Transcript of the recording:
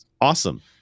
Awesome